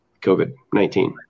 COVID-19